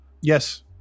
Yes